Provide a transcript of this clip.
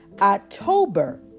October